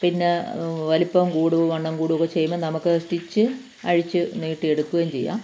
പിന്നെ വലിപ്പം കൂടുകയോ വണ്ണം കൂടുകയൊക്കെ ചെയ്യുമ്പോൾ നമുക്ക് സ്റ്റിച്ച് അഴിച്ച് നീട്ടിയെടുക്കുകയും ചെയ്യാം